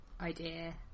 idea